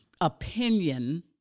opinion